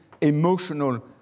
emotional